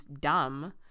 dumb